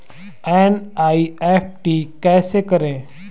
NEFT कैसे करें?